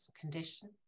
condition